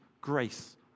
grace